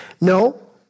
No